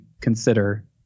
consider